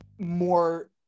more